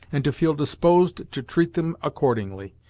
and to feel disposed to treat them accordingly,